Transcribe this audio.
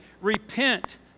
Repent